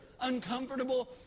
uncomfortable